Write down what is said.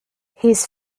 his